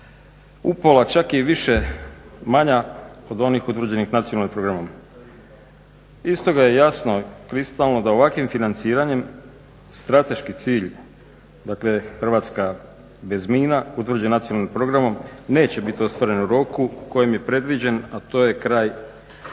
upola, čak i više manja od onih utvrđenih Nacionalnim programom. Iz toga je jasno kristalno da ovakvim financiranjem strateški cilj, dakle Hrvatska bez mina utvrđen nacionalnim programom neće bit ostvaren u roku u kojem je predviđen, a to je kraj 2019.